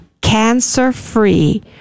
cancer-free